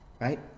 right